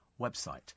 website